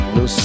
no